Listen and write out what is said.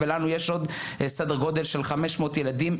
ולנו יש עוד סדר גודל של 500 ילדים,